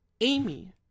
Amy